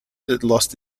lost